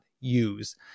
use